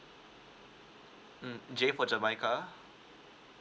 mm J for jamaica